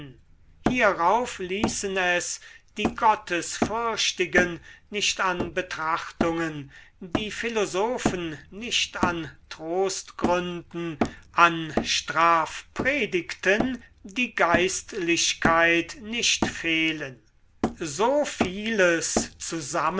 hierauf ließen es die gottesfürchtigen nicht an betrachtungen die philosophen nicht an trostgründen an strafpredigten die geistlichkeit nicht fehlen so vieles